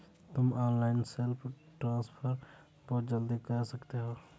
तुम online self transfer बहुत जल्दी कर सकते हो